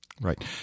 Right